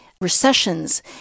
recessions